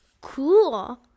Cool